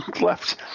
left